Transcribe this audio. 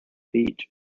beach